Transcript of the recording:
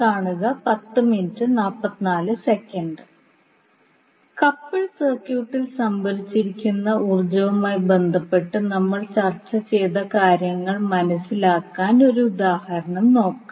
coupled സർക്യൂട്ടിൽ സംഭരിച്ചിരിക്കുന്ന ഊർജ്ജവുമായി ബന്ധപ്പെട്ട് നമ്മൾ ചർച്ച ചെയ്ത കാര്യങ്ങൾ മനസിലാക്കാൻ ഒരു ഉദാഹരണം നോക്കാം